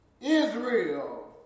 Israel